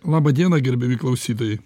labą dieną gerbiami klausytojai